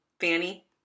fanny